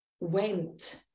went